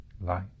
light